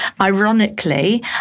ironically